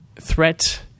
threat